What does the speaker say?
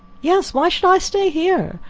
yes, why should i stay here?